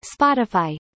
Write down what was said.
Spotify